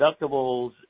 deductibles